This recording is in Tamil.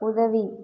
உதவி